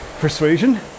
persuasion